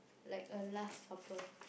like a last supper